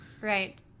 right